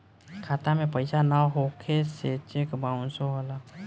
खाता में पइसा ना होखे से चेक बाउंसो होला